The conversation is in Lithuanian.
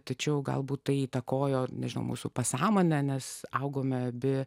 tačiau galbūt tai įtakojo nežinau mūsų pasąmonę nes augome be